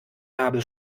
kabel